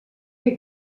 fer